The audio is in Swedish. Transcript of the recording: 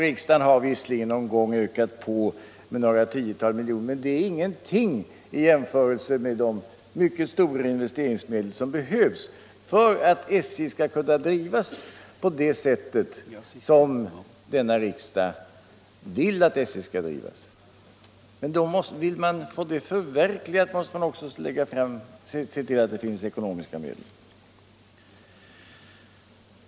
Riksdagen har visserligen någon gång ökat på med några tiotal miljoner kronor, vilket inte är någonting i jämförelse med de mycket stora investeringsmedel som behövs för att SJ skall kunna drivas så som denna riksdag vill att SJ skall drivas. Vill riksdagen förverkliga sina intentioner, får den även se till att SJ erhåller ekonomiska medel.